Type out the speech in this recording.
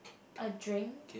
a drink